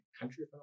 country